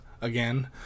Again